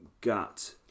gut